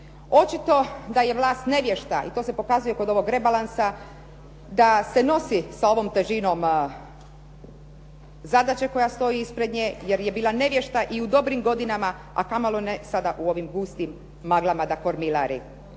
Očito da je vlast nevješta, i to se pokazuje kod ovog rebalansa, da se nosi sa ovom težinom zadaće koja stoji ispred nje, jer je bila nevješta i u dobrim godinama, a kamoli sada ne u ovim gustim maglama da kormilari,